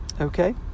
Okay